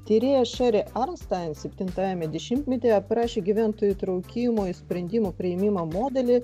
tyrėja šeri armstain septintajame dešimtmetyje aprašė gyventojų įtraukimo į sprendimų priėmimo modelį